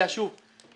יש כאן דבר בסיסי.